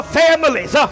families